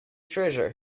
treasure